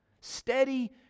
Steady